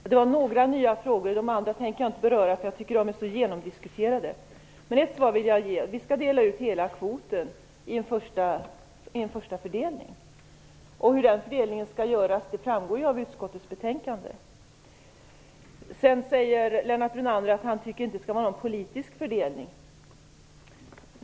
Fru talman! Det var några nya frågor. De andra tänker jag inte beröra, för jag tycker att de är så genomdiskuterade. Men ett svar vill jag ge: Vi skall dela ut hela kvoten i en första fördelning. Hur den fördelningen skall göras framgår av utskottets betänkande. Lennart Brunander tycker inte att det skall vara någon politisk fördelning.